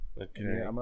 Okay